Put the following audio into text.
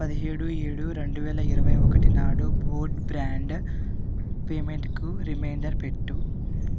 పదిహేడూ ఏడూ రెండువేల ఇరవై ఒకటినాడు బోర్డ్ బ్రాండ్ పేమెంట్కు రిమైండర్ పెట్టు